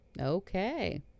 Okay